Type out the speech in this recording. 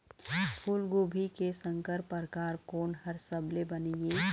फूलगोभी के संकर परकार कोन हर सबले बने ये?